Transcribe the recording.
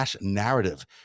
narrative